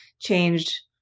changed